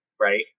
right